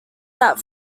that